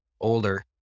older